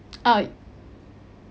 uh